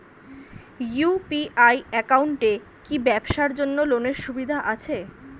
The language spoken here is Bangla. ইউ.পি.আই একাউন্টে কি ব্যবসার জন্য লোনের সুবিধা আছে?